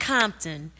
Compton